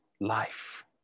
Life